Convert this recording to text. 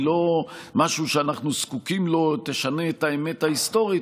היא לא משהו שאנחנו זקוקים לו או תשנה את האמת ההיסטורית,